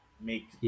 make